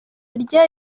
rye